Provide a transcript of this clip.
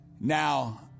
Now